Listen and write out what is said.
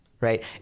right